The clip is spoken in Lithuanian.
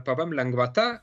pvm lengvata